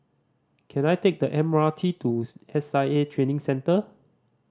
can I take the M R T to S I A Training Centre